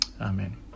Amen